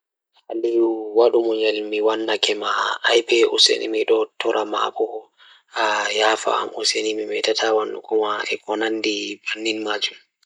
Aliyu Waɗu munyal So tawii miɗo waɗa waawde piɗe njamaaji, mi waɗataa waawi hollude goɗɗo ngoni piɗe kamɓe. Miɗo waawataa waawi ngoodi piɗe njamaaji ko ɗum, sabu njamaaji ɗum o waawataa njiddaade njam. Miɗo waawataa waawi ngoodi kañum ngal fiyaangu goɗɗo goɗɗo sabu njamaaji ngal.